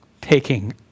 taking